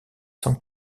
sans